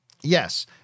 yes